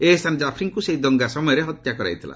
ଏହେସାନ ଜାଫ୍ରିଙ୍କୁ ସେହି ଦଙ୍ଗା ସମୟରେ ହତ୍ୟା କରାଯାଇଥିଲା